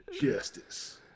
Justice